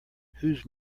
whose